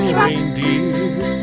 reindeer